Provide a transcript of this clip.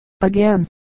again